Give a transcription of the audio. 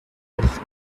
with